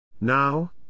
Now